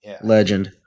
Legend